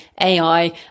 ai